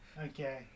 Okay